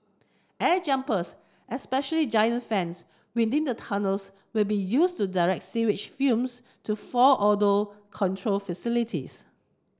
air jumpers essentially giant fans within the tunnels will be used to direct sewage fumes to four odour control facilities